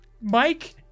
Mike